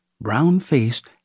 brown-faced